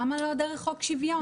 למה לא דרך חוק שוויון?